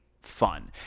fun